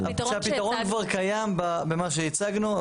שהפתרון כבר קיים במה שהצגנו.